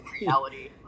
reality